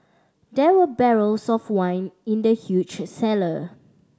there were barrels of wine in the huge cellar